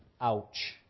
Ouch